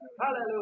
Hallelujah